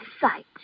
sight